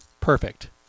Perfect